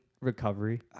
recovery